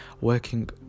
working